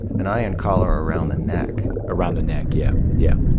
an iron collar around the neck. around the neck, yeah. yeah.